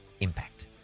impact